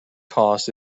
costs